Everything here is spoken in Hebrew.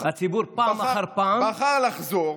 הציבור פעם אחר פעם --- אבל הוא בחר לחזור,